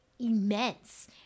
immense